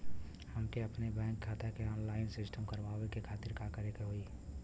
हमके अपने बैंक खाता के ऑनलाइन सिस्टम करवावे के खातिर का करे के होई?